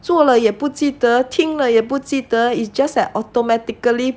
做了也不记得听了也不记得 it's just that automatically